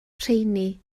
rheini